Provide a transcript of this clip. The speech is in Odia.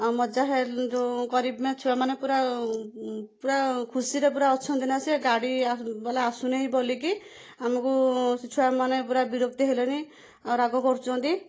ଆଉ ମଜା ହେଲେ ଯେଉଁ କରିବେ ଛୁଆମାନେ ପୁରା ପୁରା ଖୁସିରେ ପୁରା ଅଛନ୍ତି ନା ସିଏ ଗାଡ଼ି ବାଲା ଆସୁନେଇଁ ବୋଲିକି ଆମୁକୁ ସେ ଛୁଆମାନେ ପୁରା ବିରକ୍ତି ହେଲେଣି ଆଉ ରାଗ କରୁଛନ୍ତି